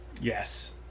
yes